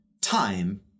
time